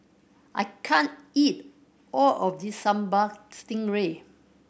I can't eat all of this Sambal Stingray